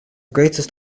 greatest